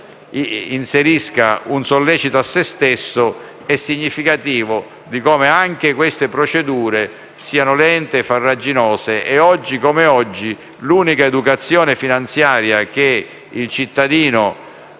inserisca un sollecito rivolto a se stesso, è significativo di quanto queste procedure siano lente e farraginose. Oggi come oggi l'unica educazione finanziaria che ha potuto